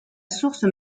source